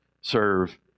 serve